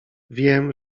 wiem